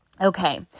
Okay